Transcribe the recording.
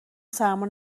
سرما